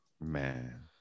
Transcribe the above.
Man